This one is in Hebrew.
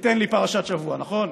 תיתן לי פרשת שבוע, נכון?